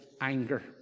anger